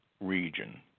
region